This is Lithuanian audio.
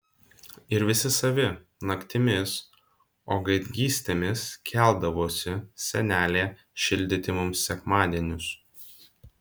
ir visi savi naktimis o gaidgystėmis keldavosi senelė šildyti mums sekmadienius